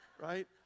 right